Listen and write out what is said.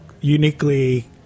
uniquely